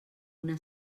una